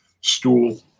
stool